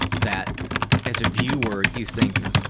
that as a viewer you think,